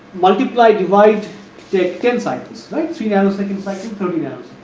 multiply divide take ten cycles right three nano second second thirty nano